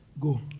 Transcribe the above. go